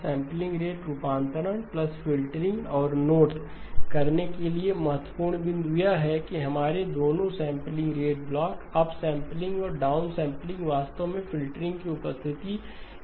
sampling rate रूपांतरण filtering और note करने के लिए महत्वपूर्ण बिंदु यह है कि हमारे दोनों सैंपलिंग रेट ब्लॉक अपसैंपलिंग और डाउनसैंपलिंग वास्तव में फ़िल्टरिंग की उपस्थिति के साथ उपयोगी हैं